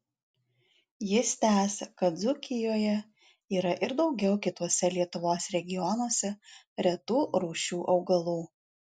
jis tęsia kad dzūkijoje yra ir daugiau kituose lietuvos regionuose retų rūšių augalų